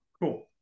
Cool